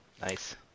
nice